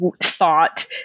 thought